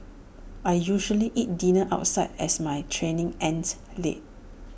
I usually eat dinner outside as my training ends late